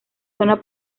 zona